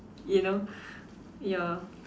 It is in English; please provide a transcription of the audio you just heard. you know ya